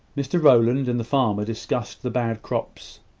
mr rowland and the farmer discussed the bad crops.